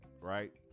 right